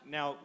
Now